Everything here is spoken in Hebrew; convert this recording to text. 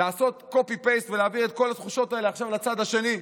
לעשות copy-paste ולהעביר את כל התחושות האלה עכשיו לצד השני,